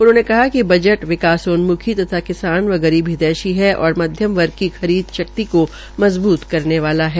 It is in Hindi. उन्होंने कहा कि बजट विकासोमुखी तथा किसा व गरीब हितैषी है और मध्यम वर्ग की खरीद शक्ति को मजबूत करने वाला है